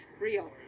real